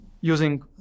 using